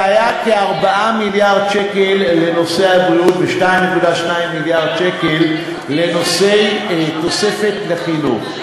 והיו כ-4 מיליארד שקל לנושא הבריאות ו-2.2 מיליארד שקל לתוספת לחינוך.